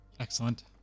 Excellent